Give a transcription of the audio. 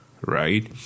right